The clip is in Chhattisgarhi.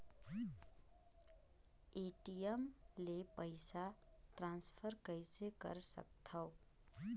ए.टी.एम ले पईसा ट्रांसफर कइसे कर सकथव?